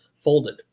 folded